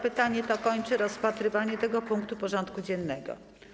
Pytanie to kończy rozpatrywanie tego punktu porządku dziennego.